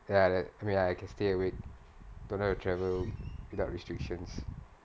ya that I mean I can stay awake don't have to travel without restrictions